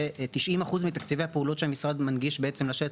90% מתקציבי הפעולות שהמשרד מנגיש בעצם לשטח.